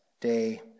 day